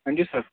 ہاں جی سر